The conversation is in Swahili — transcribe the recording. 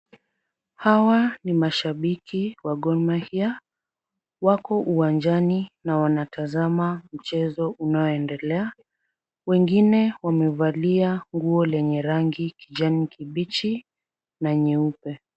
Hawa ni mashabiki wa Gor mahia. Wako uwanjani na wanatazama mchezo unaoendelea. Wengine wamevalia nguo lenye rangi kijani kibichi na nyeupe.